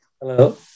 Hello